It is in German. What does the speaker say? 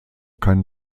kein